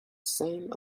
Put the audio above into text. same